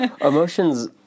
Emotions